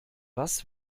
was